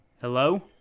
Hello